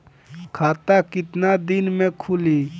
खाता कितना दिन में खुलि?